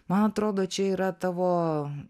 man atrodo čia yra tavo